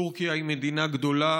טורקיה היא מדינה גדולה,